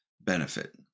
benefit